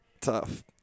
Tough